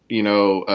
you know,